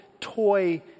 toy